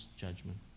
judgment